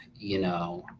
you know